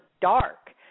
dark